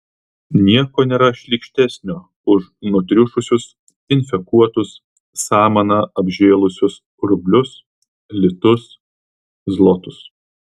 nieko nėra šlykštesnio už nutriušusius infekuotus samana apžėlusius rublius litus zlotus